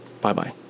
Bye-bye